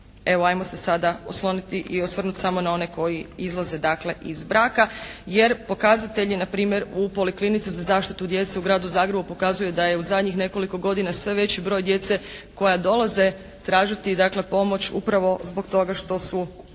evo ajmo se sada osloniti i osvrnuti samo na one koji izlaze dakle iz braka jer pokazatelji na primjer u Poliklinici za zaštitu djece u gradu Zagrebu pokazuju da je u zadnjih nekoliko godina sve veći broj djece koja dolaze tražiti dakle pomoć upravo zbog toga što su